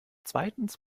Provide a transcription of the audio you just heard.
zweitens